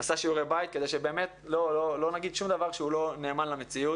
עשה שיעורי בית כדי שלא נגיד שום דבר שהוא לא נאמן למציאות.